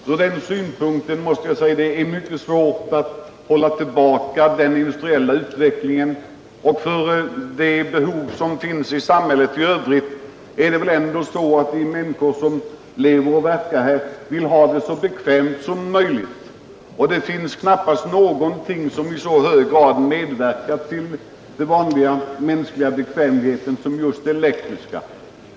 Jag måste säga att det från den synpunkten är mycket svårt att hålla tillbaka den industriella utvecklingen, och i fråga om de behov som finns i samhället i övrigt vill väl ändå de människor som lever och verkar ha det så bekvämt som möjligt. Det finns knappast någonting som i så hög grad medverkar till den vanliga mänskliga bekvämligheten som just tillgången på elenergi.